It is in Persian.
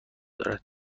دارد